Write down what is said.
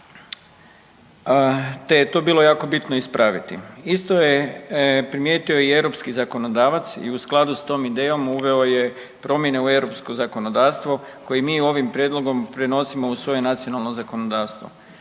te je to bilo jako bitno ispraviti. Isto je primijetio i europski zakonodavac i u skladu s tom idejom uveo je promjene u europsko zakonodavstvo koje mi ovim prijedlogom prenosimo u svoje nacionalno zakonodavstvo.